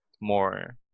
more